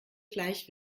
gleich